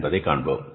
என்பதை காண்போம்